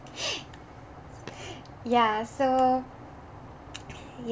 yeah so